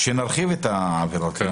שנרחיב את העבירות.